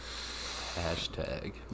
Hashtag